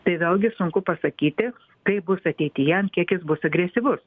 tai vėlgi sunku pasakyti taip bus ateityje an kiek jis bus agresyvus